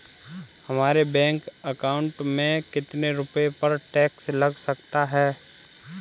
हमारे bank account में कितने रुपये पर टैक्स लग सकता है?